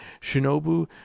Shinobu